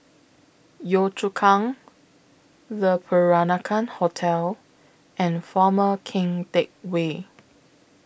Yio Chu Kang Le Peranakan Hotel and Former Keng Teck Whay